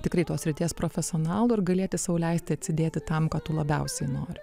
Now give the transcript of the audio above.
tikrai tos srities profesionalu ir galėti sau leisti atsidėti tam ką tu labiausiai nori